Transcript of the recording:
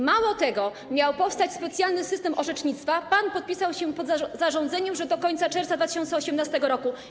Mało tego, miał powstać specjalny system orzecznictwa, pan podpisał się pod zarządzeniem, że to będzie do końca czerwca 2018 r.